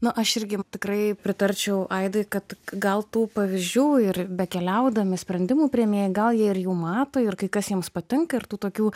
na aš irgi tikrai pritarčiau aidui kad gal tų pavyzdžių ir bekeliaudami sprendimų priėmėjai gal jie ir jų mato ir kai kas jiems patinka ir tų tokių